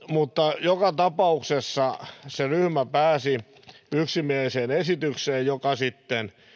mutta joka tapauksessa se ryhmä pääsi yksimieliseen esitykseen joka sitten